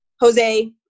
Jose